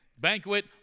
Banquet